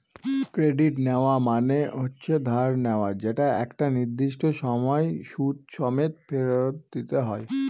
credit নেওয়া মানে হচ্ছে ধার নেওয়া যেটা একটা নির্দিষ্ট সময় সুদ সমেত ফেরত দিতে হয়